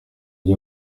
ryo